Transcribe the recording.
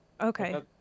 Okay